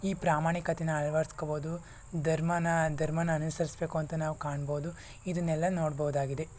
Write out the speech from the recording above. ಈ ಪ್ರಾಮಾಣಿಕತೇನ ಅಳ್ವಡ್ಸ್ಕೋಬೋದು ಧರ್ಮನಾ ಧರ್ಮನ ಅನುಸರಿಸಬೇಕು ಅಂತ ನಾವು ಕಾಣ್ಬೋದು ಇದನ್ನೆಲ್ಲ ನೋಡ್ಬೋದಾಗಿದೆ